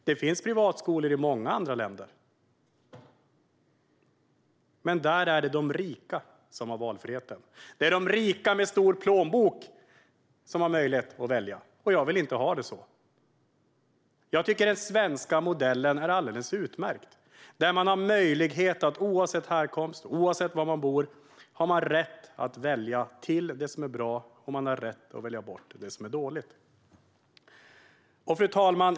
Det finns privatskolor i många andra länder, men där är det de rika som har valfriheten. Det är de rika med stor plånbok som har möjlighet att välja. Jag vill inte ha det så. Jag tycker att den svenska modellen är alldeles utmärkt. Där har man rätt att oavsett härkomst, oavsett var man bor, välja till det som är bra, och man har rätt att välja bort det som är dåligt. Fru talman!